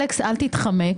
אלכס, אל תתחמק.